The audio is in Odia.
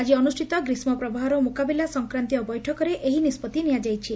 ଆକି ଅନୁଷିତ ଗ୍ରୀଷ୍କପ୍ରବାହର ମୁକାବିଲା ସଂକ୍ରାନ୍ତୀୟ ବୈଠକରେ ଏହି ନିଷ୍କଉ ନିଆଯାଇଛି